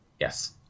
Yes